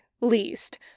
least